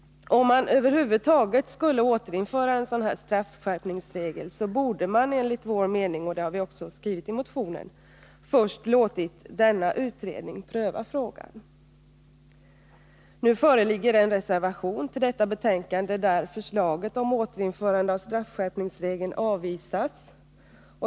Om man över huvud taget skulle återinföra straffskärpningsregeln, så borde man enligt vår mening — det har vi också skrivit i motionen — först ha låtit denna utredning pröva frågan. Det föreligger nu en reservation till detta betänkande, där förslaget om återinförande av straffskärpningsregeln avvisas.